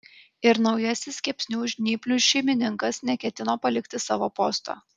ir naujasis kepsnių žnyplių šeimininkas neketino palikti savo posto